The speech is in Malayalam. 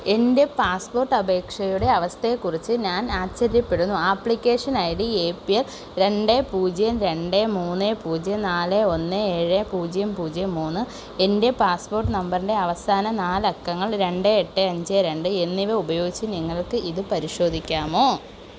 എൻ്റെ പാസ്പോർട്ട് അപേക്ഷയുടെ അവസ്ഥയെക്കുറിച്ച് ഞാൻ ആശ്ചര്യപ്പെടുന്നു application ID A P L രണ്ട് പൂജ്യം രണ്ട് മൂന്ന് പൂജ്യം നാല് ഒന്ന് ഏഴ് പൂജ്യം പൂജ്യം മൂന്ന് എൻ്റെ പാസ്പോർട്ട് നമ്പറിന്റെ അവസാന നാല് അക്കങ്ങൾ രണ്ട് എട്ട് അഞ്ച് രണ്ട് എന്നിവ ഉപയോഗിച്ച് നിങ്ങൾക്ക് ഇത് പരിശോധിക്കാമോ